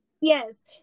yes